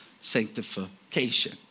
sanctification